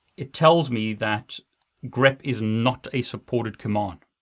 it tells me that grep is not a supported command,